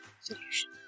solution